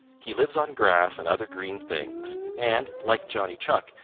he lives on grass and other green things and, like johnny chuck,